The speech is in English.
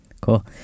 cool